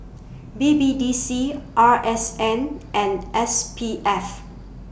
B B D C R S N and S P F